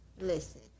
Listen